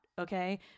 Okay